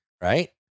right